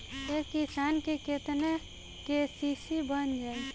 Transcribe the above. एक किसान के केतना के.सी.सी बन जाइ?